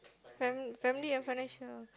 family family and financial